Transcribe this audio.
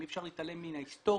אי אפשר להתעלם מן ההיסטוריה,